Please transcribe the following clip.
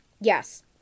Yes